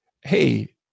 hey